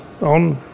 on